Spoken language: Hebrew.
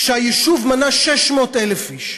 כשהיישוב מנה 600,000 איש,